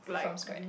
from scratch